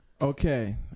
Okay